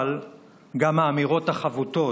אבל גם האמירות החבוטות